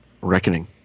Reckoning